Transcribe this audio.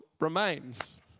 remains